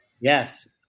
Yes